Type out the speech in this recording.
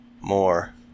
more